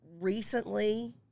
Recently